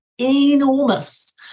enormous